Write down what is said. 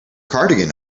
cardigan